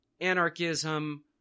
anarchism